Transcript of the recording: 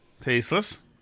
Tasteless